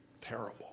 Terrible